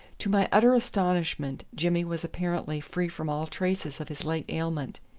to my utter astonishment jimmy was apparently free from all traces of his late ailment,